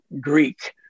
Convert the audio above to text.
Greek